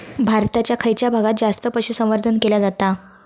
भारताच्या खयच्या भागात जास्त पशुसंवर्धन केला जाता?